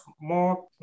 more